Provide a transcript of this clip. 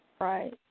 Right